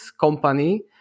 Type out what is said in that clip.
company